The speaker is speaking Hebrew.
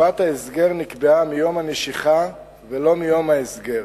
תקופת ההסגר נקבעה מיום הנשיכה ולא מיום ההסגר,